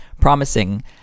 promising